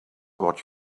what